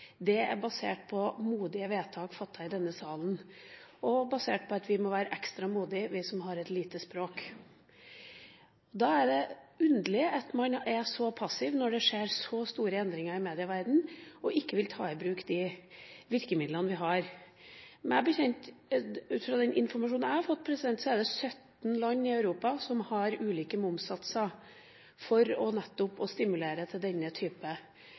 er basert på modige vedtak fattet i denne salen og på at vi må være ekstra modige, vi som har et lite språk. Da er det underlig at man er så passiv når det skjer så store endringer i medieverdenen – og ikke vil ta i bruk de virkemidlene vi har. Så vidt jeg vet – ut fra den informasjonen jeg har fått – er det 17 land i Europa som har ulike momssatser, nettopp for å stimulere til denne type